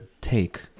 take